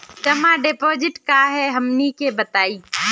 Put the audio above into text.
जमा डिपोजिट का हे हमनी के बताई?